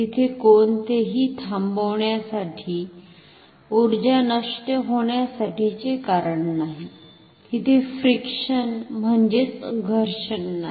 तिथे कोणतेही थांबवण्यासाठी ऊर्जा नष्ट होण्यासाठीचे कारण नाही तिथे फ्रिक्शन म्हंणजेच घर्षण नाही